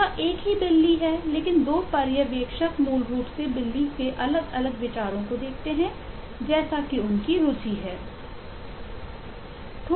तो यह एक ही बिल्ली है लेकिन 2 पर्यवेक्षक मूल रूप से बिल्ली के 2 अलग अलग विचारों को देखते हैं जैसे कि उनकी रुचि है